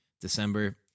December